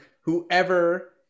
whoever